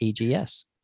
EGS